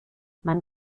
man